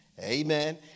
amen